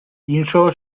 іншого